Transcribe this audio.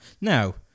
Now